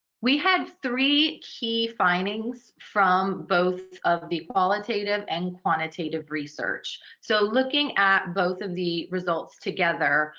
we had three key findings from both of the qualitative and quantitative research. so looking at both of the results together,